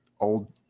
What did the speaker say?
Old